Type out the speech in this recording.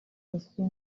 sassou